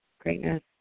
Greatness